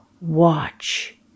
Watch